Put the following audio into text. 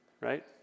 right